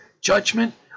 judgment